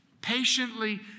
patiently